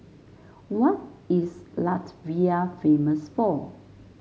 what is Latvia famous for